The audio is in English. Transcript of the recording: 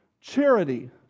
charity